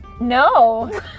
No